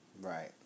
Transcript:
Right